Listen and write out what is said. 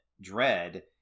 Dread